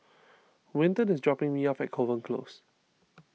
Winton is dropping me off at Kovan Close